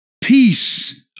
peace